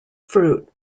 fruit